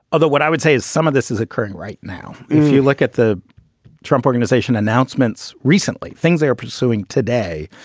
although what i would say is some of this is occurring right now. if you look at the trump organization announcements recently, things they are pursuing today.